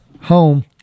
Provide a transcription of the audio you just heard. home